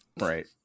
Right